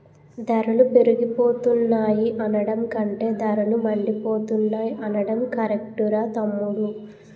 ధరలు పెరిగిపోతున్నాయి అనడం కంటే ధరలు మండిపోతున్నాయ్ అనడం కరెక్టురా తమ్ముడూ